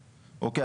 אוקי,